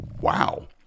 Wow